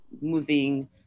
moving